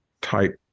type